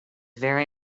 very